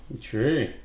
True